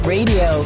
Radio